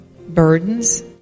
burdens